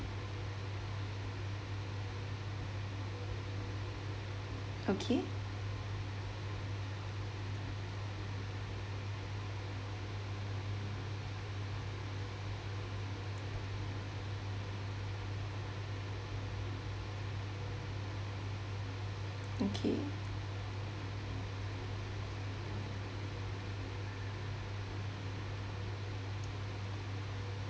okay okay